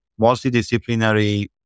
multidisciplinary